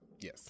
Yes